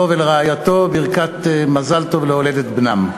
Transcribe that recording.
לו ולרעייתו, ברכת מזל טוב להולדת בנם.